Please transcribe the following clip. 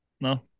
No